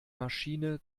maschine